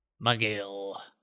Miguel